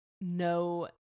no